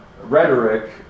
rhetoric